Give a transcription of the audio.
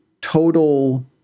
total